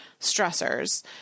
stressors